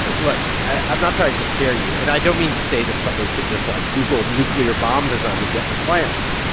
yeah look i'm not trying to scare you, and i don't mean to say that somebody could just, like, google nuclear bomb design and get the plans.